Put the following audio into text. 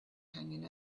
hanging